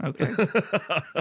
Okay